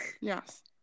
Yes